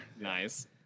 Nice